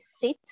sit